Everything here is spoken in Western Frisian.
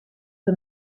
der